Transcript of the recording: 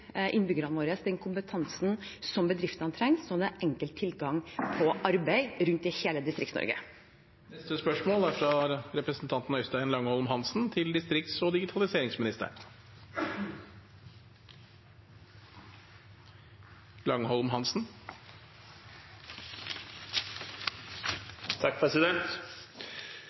innbyggerne våre den kompetansen som bedriftene trenger, slik at det er enkel tilgang på arbeid rundt i hele Distrikts-Norge. Dette spørsmålet er